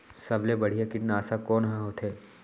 सबले बढ़िया कीटनाशक कोन ह होथे?